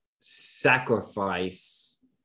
sacrifice